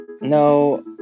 No